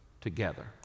together